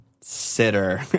sitter